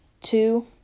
Two